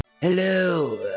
Hello